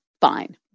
fine